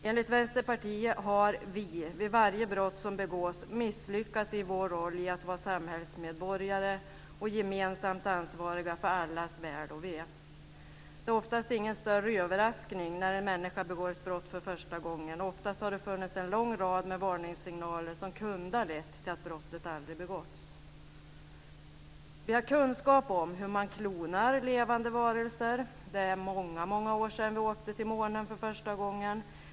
Enligt Vänsterpartiet har vi vid varje brott som begås misslyckats i vår roll att vara samhällsmedborgare och gemensamt ansvariga för allas väl och ve. Det är oftast ingen större överraskning när en människa begår ett brott för första gången. Oftast har det funnits en lång rad med varningssignaler som kunde ha lett till att brottet aldrig hade begåtts. Vi har kunskap om hur man klonar levande varelser. Det är många många år sedan människan åkte till månen för första gången.